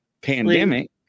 pandemic